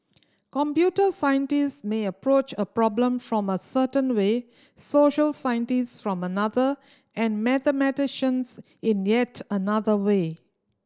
computer scientist may approach a problem from a certain way social scientist from another and mathematicians in yet another way